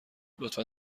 لطفا